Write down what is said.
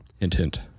Intent